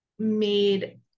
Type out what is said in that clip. made